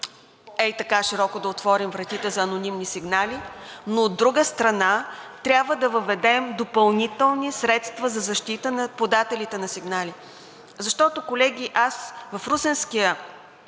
ей така, широко да отворим вратите за анонимни сигнали, но от друга страна, трябва да въведем допълнителни средства за защита на подателите на сигнали. Защото, колеги, аз в Русенския